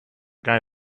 guy